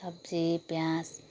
सब्जी प्याज